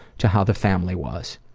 to how the family was.